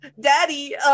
Daddy